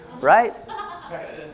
right